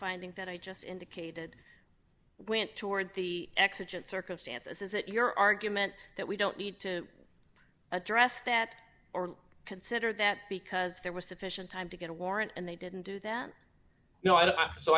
findings that i just indicated went toward the exigent circumstances is it your argument that we don't need to address that or consider that because there was sufficient time to get a warrant and they didn't do that now i